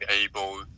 able